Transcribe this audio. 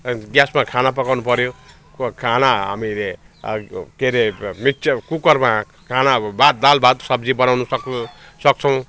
ग्यासमा खाना पकाउनु पऱ्यो खो खाना हामीले के अरे मिक्चर कुकरमा खानाहरू भात दाल भात सब्जी बनाउनु सक्नु सक्छौँ